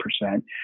percent